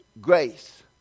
grace